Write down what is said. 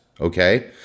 okay